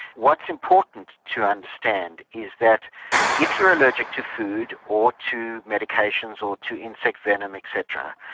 what's important to understand is that if you are allergic to food or to medications or to insect venom et cetera,